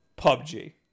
PUBG